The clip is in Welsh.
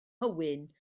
hywyn